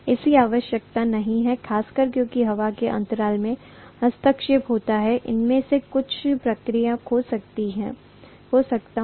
इसकी आवश्यकता नहीं है खासकर क्योंकि हवा के अंतराल में हस्तक्षेप होता है उनमें से कुछ प्रक्रिया खो सकता हूँ